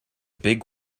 big